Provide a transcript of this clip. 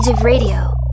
radio